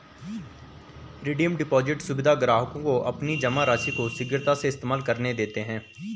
redeem deposit सुविधा ग्राहकों को अपनी जमा राशि को शीघ्रता से इस्तेमाल करने देते है